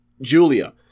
Julia